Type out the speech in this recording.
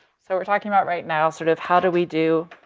so we're talking about right now sort of how do we do,